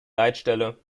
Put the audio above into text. leitstelle